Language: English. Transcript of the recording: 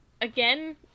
again